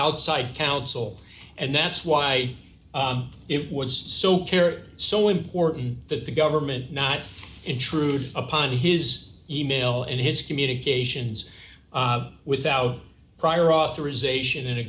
outside counsel and that's why it was so care so important that the government not intrude upon his e mail and his communications without prior authorization and a